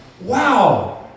wow